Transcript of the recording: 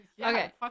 Okay